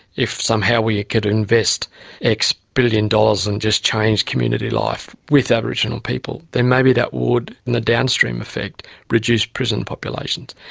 if somehow we could invest x-billion-dollars and just change community life with aboriginal people, then maybe that would in the downstream effect reduce prison populations.